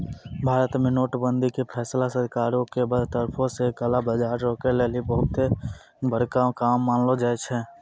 भारत मे नोट बंदी के फैसला सरकारो के तरफो से काला बजार रोकै लेली बहुते बड़का काम मानलो जाय छै